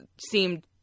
seemed